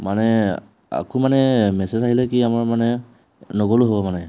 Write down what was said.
মানে আকৌ মানে মেছেজ আহিলে কি আমাৰ মানে নগ'লেও হ'ব মানে